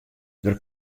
der